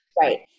Right